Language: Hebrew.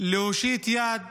ולהושיט יד